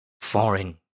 Foreign